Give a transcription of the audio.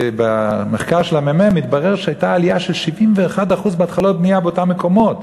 שבמחקר של הממ"מ התברר שהייתה עלייה של 71% בהתחלות בנייה באותם מקומות.